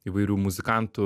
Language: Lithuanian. įvairių muzikantų